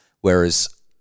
whereas